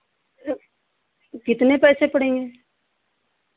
कितने पैसे पड़ेंगे